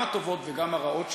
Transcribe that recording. גם הטובות וגם הרעות,